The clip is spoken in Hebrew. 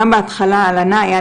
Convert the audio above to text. גם בהתחלה היה לי שחור,